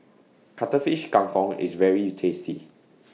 Cuttlefish Kang Kong IS very tasty